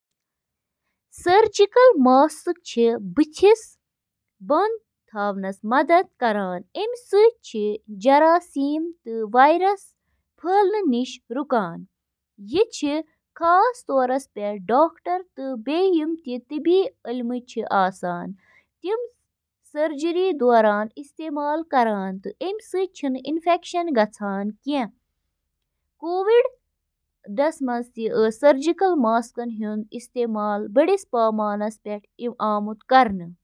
سائیکلٕک اَہَم جُز تہٕ تِم کِتھ کٔنۍ چھِ اِکہٕ وٹہٕ کٲم کران تِمَن منٛز چھِ drivetrain, crankset, bottom bracket, brakes, wheel تہٕ ٹائر تہٕ باقی۔